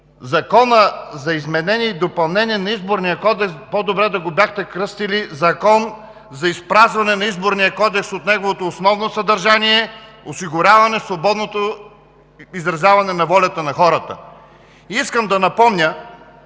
Законът за изменение и допълнение на Изборния кодекс по-добре да го бяхте кръстили „Закон за изпразване на Изборния кодекс от неговото основно съдържание, осигуряване свободното изразяване на волята на хората“. Искам да напомня